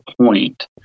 point